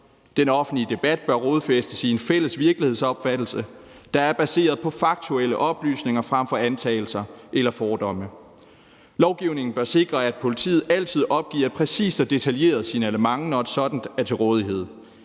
Den offentlige debat bør rodfæstes i en fælles virkelighedsopfattelse, der er baseret på faktuelle oplysninger frem fra antagelser eller fordomme. Lovgivningen bør sikre, at politiet altid opgiver et præcist og detaljeret signalement, når et sådant er til rådighed.